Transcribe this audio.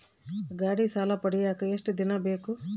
ಗಾಡೇ ಸಾಲ ಪಡಿಯಾಕ ಎಷ್ಟು ದಿನ ಬೇಕು?